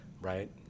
Right